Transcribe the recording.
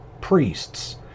priests